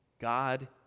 God